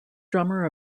drummer